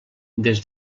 des